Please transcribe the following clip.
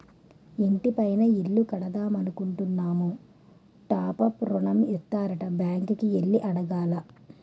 ఇంటి పైన ఇల్లు కడదామనుకుంటున్నాము టాప్ అప్ ఋణం ఇత్తారట బ్యాంకు కి ఎల్లి అడగాల